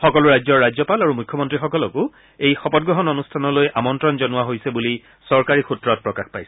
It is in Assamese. সকলো ৰাজ্যৰ ৰাজ্যপাল আৰু মুখ্যমন্ত্ৰীসকলকো এই শপত গ্ৰহণ অনুষ্ঠানলৈ আমন্ত্ৰণ জনোৱা হৈছে বুলি চৰকাৰী সূত্ৰত প্ৰকাশ পাইছে